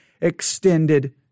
extended